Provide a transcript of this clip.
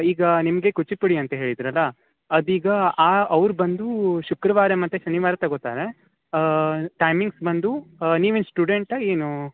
ಈಗಾ ನಿಮಗೆ ಕೂಚಿಪುಡಿ ಅಂತ ಹೇಳಿದ್ರಲ್ಲ ಅದು ಈಗ ಆ ಅವ್ರು ಬಂದು ಶುಕ್ರವಾರ ಮತ್ತು ಶನಿವಾರ ತಗೊತಾರೆ ಟೈಮಿಂಗ್ಸ್ ಬಂದು ನೀವು ಏನು ಸ್ಟೂಡೆಂಟ ಏನೂ